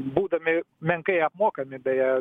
būdami menkai apmokami beje